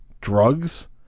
drugs